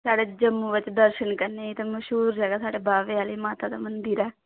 साढ़े जम्मू बिच्च दर्शन करने ते मश्हूर जगह साढ़े बाह्वे आह्ली माता दा मंदर ऐ